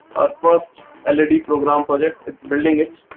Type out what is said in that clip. first ah led program project its building it